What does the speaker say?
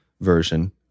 version